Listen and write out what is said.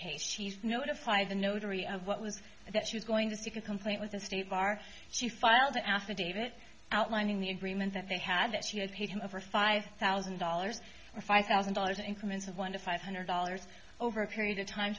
case she's notify the notary of what was it that she was going to seek a complaint with the state bar she filed an affidavit outlining the agreement that they had that she had paid him over five thousand dollars or five thousand dollars increments of one to five hundred dollars over a period of time